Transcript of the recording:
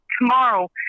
tomorrow